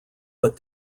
but